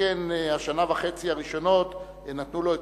שכן בשנה וחצי הראשונות נתנו לו את